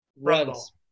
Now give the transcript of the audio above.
Runs